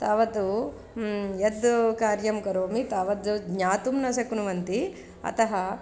तावत् यत् कार्यं करोमि तावत् ज्ञातुं न शक्नुवन्ति अतः